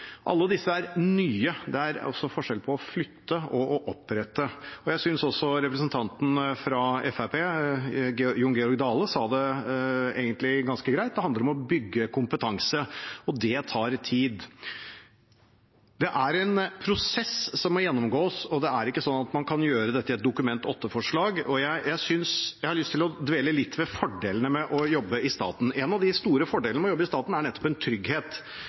Alle disse er nye. Det er altså forskjell på å flytte og å opprette. Jeg synes også representanten fra Fremskrittspartiet, Jon Georg Dale, sa det ganske greit: Det handler om å bygge kompetanse, og det tar tid. Det er en prosess som må gjennomgås, og man kan ikke gjøre dette i et Dokument 8-forslag. Jeg har lyst til å dvele litt ved fordelene med å jobbe i staten. En av de store fordelene med å jobbe i staten er nettopp trygghet.